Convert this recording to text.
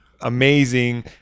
amazing